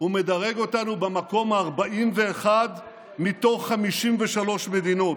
הוא מדרג אותנו במקום ה-41 מתוך 53 מדינות,